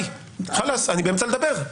אני באמצע לדבר.